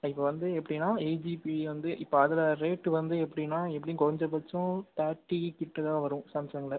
இப்போ வந்து எப்படின்னா எயிட் ஜிபி வந்து இப்போ அதில் ரேட்டு வந்து எப்படின்னா எப்படியும் குறஞ்சபட்சம் தேர்ட்டிக்கிட்ட தான் வரும் சாம்சங்ல